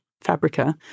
Fabrica